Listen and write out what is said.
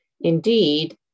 Indeed